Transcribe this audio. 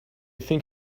think